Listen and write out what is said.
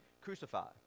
crucified